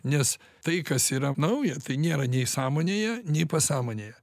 nes tai kas yra nauja tai nėra nei sąmonėje nei pasąmonėje